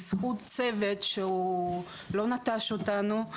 בזכות צוות שלא נטש אותנו,